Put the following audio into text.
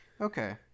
Okay